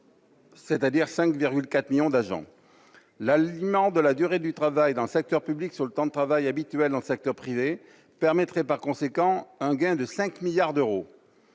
C'est-à-dire 5,4 millions d'agents, l'aliment de la durée du travail d'un secteur public sur le temps de travail habituel en secteur privé permettrait par conséquent un gain de 5 milliards d'euros